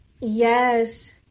Yes